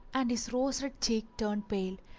and his rose-red cheek turned pale,